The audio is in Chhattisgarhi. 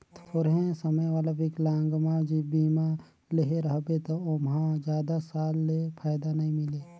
थोरहें समय वाला विकलांगमा बीमा लेहे रहबे त ओमहा जादा साल ले फायदा नई मिले